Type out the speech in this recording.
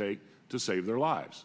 take to save their lives